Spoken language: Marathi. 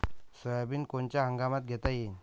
सोयाबिन कोनच्या हंगामात घेता येईन?